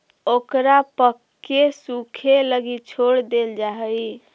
ओकरा पकके सूखे लगी छोड़ देल जा हइ